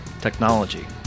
technology